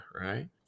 right